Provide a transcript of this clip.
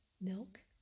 milk